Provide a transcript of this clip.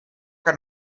que